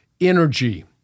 energy